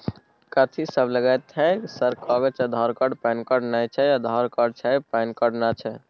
कथि सब लगतै है सर कागज आधार कार्ड पैन कार्ड नए छै आधार कार्ड छै पैन कार्ड ना छै?